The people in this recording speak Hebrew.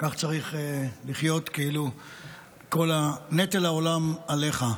כך צריך לחיות, כאילו כל נטל העולם עליך.